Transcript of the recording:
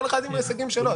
כל אחד יציג את ההישגים שלו.